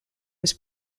was